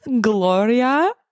Gloria